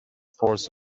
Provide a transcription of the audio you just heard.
force